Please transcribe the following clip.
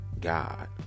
God